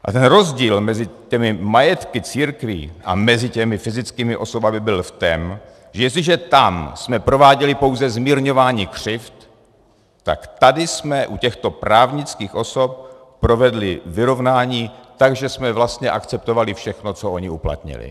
A ten rozdíl mezi těmi majetky církví a mezi těmi fyzickými osobami byl v tom, že jestliže tam jsme prováděli pouze zmírňování křivd, tak tady jsme u těchto právnických osob provedli vyrovnání, takže jsme vlastně akceptovali všechno, co ony uplatnily.